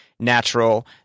natural